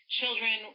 children